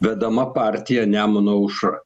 vedama partija nemuno aušra